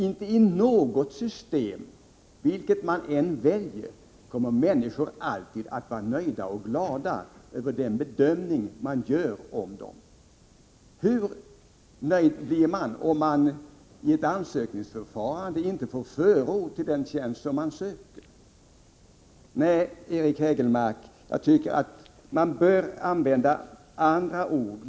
Inte i något system, vilket vi än väljer, kommer människor alltid att vara nöjda och glada över den bedömning som görs om dem. Hur nöjd blir en person om han i ett ansökningsförfarande inte får förord till den tjänst han söker? Jag tycker att Eric Hägelmark bör använda andra ord.